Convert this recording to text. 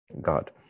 God